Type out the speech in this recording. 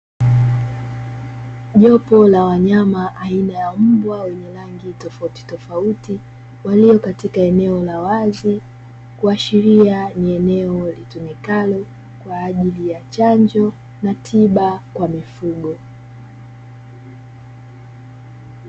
Jopo la wanyama aina ya mbwa wenye rangi tofautitofauti walio katika eneo la wazi, kuashiria ni eneo litumikalo kwa ajili ya chanjo na tiba kwa mifugo.